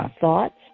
thoughts